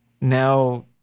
now